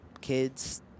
kids